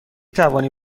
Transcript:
توانی